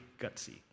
gutsy